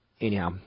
Anyhow